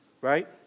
right